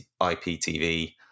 IPTV